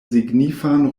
signifan